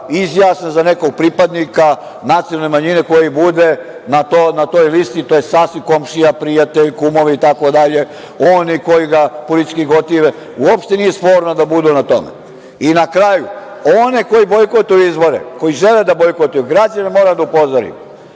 izjasne za nekog pripadnika nacionalne manjine koji bude na toj listi, to je komšija prijatelj, kumovi, oni koji ga politički gotive. Uopšte nije sporno da budu na tome. Na kraju, one koji bojkotuju izbore, koji žele da bojkotuju, građane moram da upozorim,